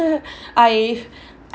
I